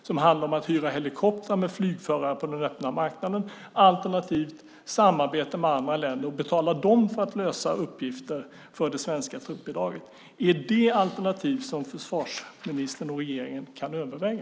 Det handlar om att hyra helikoptrar med flygförare på den öppna marknaden alternativt att samarbeta med andra länder och betala dem för att lösa uppgifter för det svenska truppbidraget. Är det alternativ som försvarsministern och regeringen kan överväga?